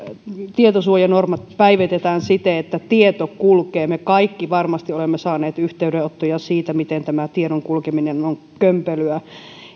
tietosuojanormit päivitetään siten että tieto kulkee me kaikki varmasti olemme saaneet yhteydenottoja siitä miten tämä tiedon kulkeminen on kömpelöä